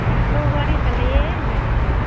एक दो बोरी तो ले लेंगे